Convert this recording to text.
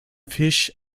fish